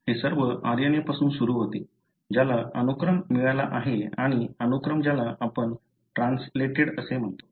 हे सर्व RNA पासून सुरू होते ज्याला अनुक्रम मिळाला आहे आणि अनुक्रम ज्याला आपण ट्रान्सलेटेड असे म्हणतो